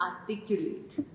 articulate